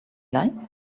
like